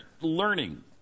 learning